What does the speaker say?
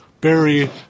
Barry